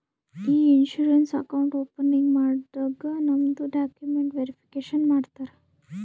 E insurance account opening ಮಾಡಾಗ್ ನಮ್ದು documents verification ಮಾಡ್ತಾರ